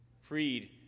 Freed